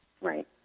right